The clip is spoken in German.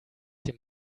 dem